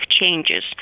changes